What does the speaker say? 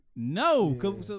No